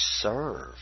serve